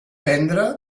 prendre